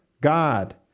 God